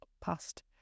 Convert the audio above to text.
past